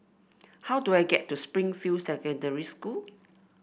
how do I get to Springfield Secondary School